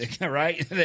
right